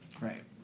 Right